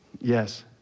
Yes